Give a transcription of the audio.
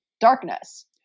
darkness